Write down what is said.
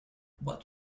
what